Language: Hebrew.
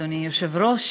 אדוני היושב-ראש,